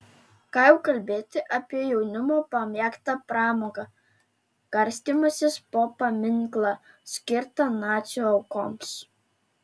ką jau kalbėti apie jaunimo pamėgtą pramogą karstymąsi po paminklą skirtą nacių aukoms